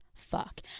Fuck